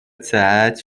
ساعات